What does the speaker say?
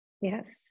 yes